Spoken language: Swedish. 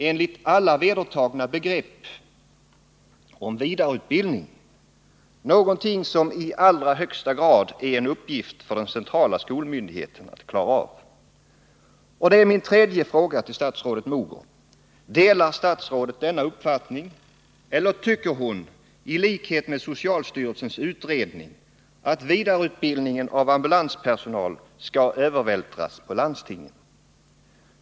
Enligt alla vedertagna begrepp är det då fråga om vidareutbildning, något som i allra högsta grad är en uppgift för den centrala skolmyndigheten. Min tredje fråga till statsrådet Mogård blir därför: Delar statsrådet denna uppfattning eller tycker hon — i likhet med socialstyrelsens utredning — att vidareutbildningen av ambulanspersonal skall övervältras på landstingen?